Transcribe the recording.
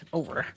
over